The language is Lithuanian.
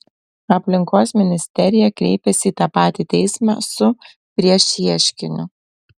aplinkos ministerija kreipėsi į tą patį teismą su priešieškiniu